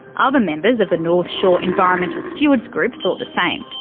other members of the north shore environmental stewards group thought the same.